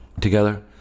together